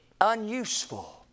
unuseful